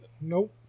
Nope